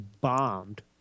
bombed